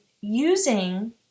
using